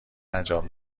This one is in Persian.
انجام